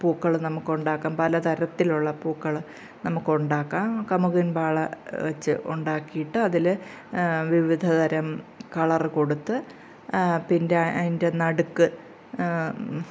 പൂക്കള് നമുക്ക് ഉണ്ടാക്കാം പലതരത്തിലുള്ള പൂക്കള് നമുക്ക് ഉണ്ടാക്കാം കമുങ്ങിൻ പാള വച്ച് ഉണ്ടാക്കിയിട്ട് അതില് വിവിധതരം കളർ കൊടുത്ത് പിന്നെ അതിൻ്റെ നടുക്ക്